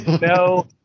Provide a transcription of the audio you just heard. No